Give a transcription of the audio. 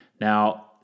now